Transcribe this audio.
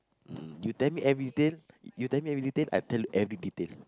mm you tell me every detail you tell me every detail I tell you every detail